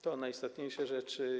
To najistotniejsze rzeczy.